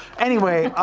anyway.